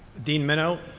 dean minow,